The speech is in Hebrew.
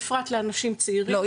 בפרט לאנשים צעירים --- לא,